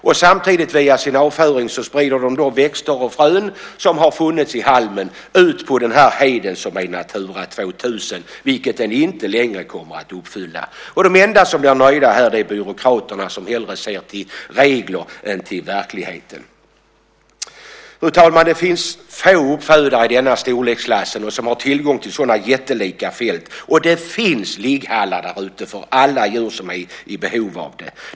Djuren sprider också via sin avföring växter och frön som har funnits i halmen ut på denna hed som är ett Natura 2000-område. Men heden kommer inte längre att uppfylla kraven för ett Natura 2000-område. Och de enda som blir nöjda här är byråkraterna som hellre ser till regler än till verkligheten. Fru talman! Det finns få uppfödare i denna storleksklass som har tillgång till sådana jättelika fält. Och det finns ligghallar där ute för alla djur som är i behov av det.